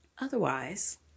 otherwise